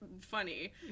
funny